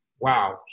wow